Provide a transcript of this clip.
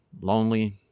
lonely